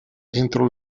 entro